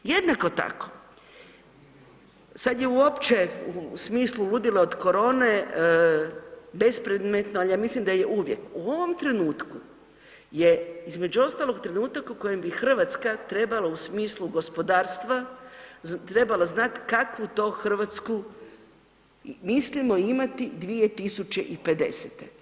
Jednako tako, sad je uopće u smislu udjela od korone bespredmetno, ali ja mislim da je uvijek, u ovom trenutku je, između ostalog, trenutak u kojem bi Hrvatska trebala u smislu gospodarstva trebala znati kakvu to Hrvatsku mislimo imati 2050.